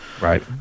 Right